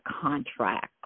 contract